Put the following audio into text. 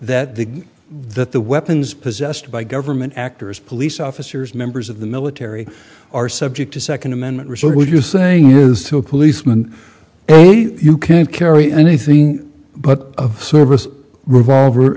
that the that the weapons possessed by government actors police officers members of the military are subject to second amendment research would you saying yes to a policeman you can't carry anything but a service revolver